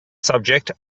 subject